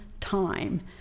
time